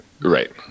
Right